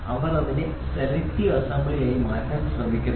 അവർ അതിനെ സെലക്ടീവ് അസംബ്ലിയായി മാറ്റാൻ ശ്രമിക്കുന്നു